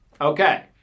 Okay